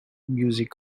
music